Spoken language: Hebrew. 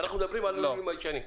אנחנו מדברים על הלולים הישנים.